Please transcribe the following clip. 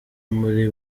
muri